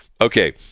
Okay